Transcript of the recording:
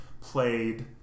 played